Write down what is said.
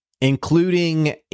including